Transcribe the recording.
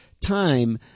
time